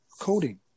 coding